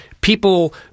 people –